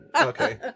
okay